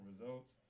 results